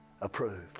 Approved